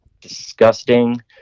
disgusting